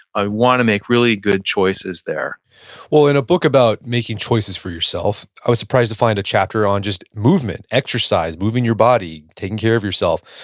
i want to make really good choices well in a book about making choices for yourself, i was surprised to find a chapter on just movement, exercise, moving your body, taking care of yourself.